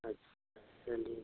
अच्छा चलिए